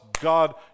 God